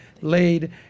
laid